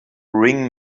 ring